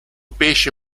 pesce